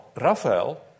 Rafael